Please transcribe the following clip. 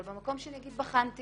אבל במקום שאני אגיד, בחנתי